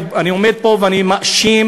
אני עומד פה ואני מאשים.